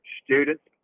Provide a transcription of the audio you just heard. students